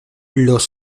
los